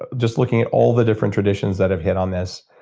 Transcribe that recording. ah just looking at all the different traditions that have hit on this.